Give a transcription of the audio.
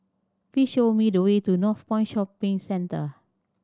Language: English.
please show me the way to Northpoint Shopping Centre